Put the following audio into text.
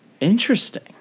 Interesting